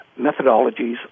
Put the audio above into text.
methodologies